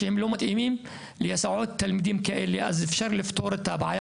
כן יש לנו פזורה פנימית בתוך הישוב חורה-